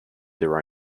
their